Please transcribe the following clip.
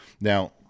Now